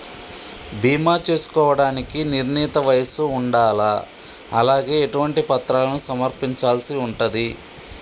బీమా చేసుకోవడానికి నిర్ణీత వయస్సు ఉండాలా? అలాగే ఎటువంటి పత్రాలను సమర్పించాల్సి ఉంటది?